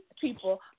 people